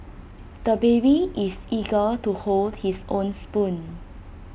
the baby is eager to hold his own spoon